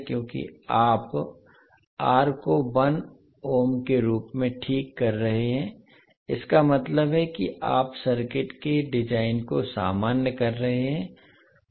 क्योंकि आप R को 1 ओम के रूप में ठीक कर रहे हैं इसका मतलब है कि आप सर्किट के डिजाइन को सामान्य कर रहे हैं